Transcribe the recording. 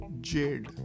Jade